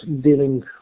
dealing